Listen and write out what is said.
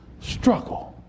struggle